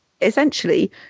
essentially